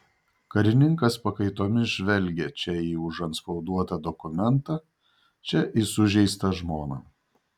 karininkas pakaitomis žvelgė čia į užantspauduotą dokumentą čia į sužeistą žmoną